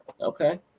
Okay